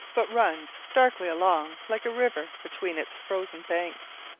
but runs darkly along like a river between its frozen banks.